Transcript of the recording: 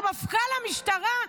זה מפכ"ל המשטרה,